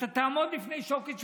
אתה תעמוד בפני שוקת שבורה.